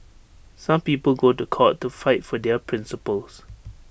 some people go to court to fight for their principles